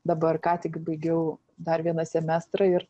dabar ką tik baigiau dar vieną semestrą ir